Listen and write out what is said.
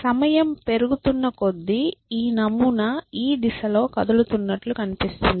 సమయం పెరుగుతున్న కొద్దీ ఈ నమూనా ఈ దిశలో కదులుతున్నట్లు కనిపిస్తుంది